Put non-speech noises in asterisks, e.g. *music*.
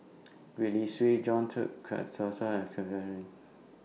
*noise* Gwee Li Sui John *unintelligible*